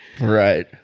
Right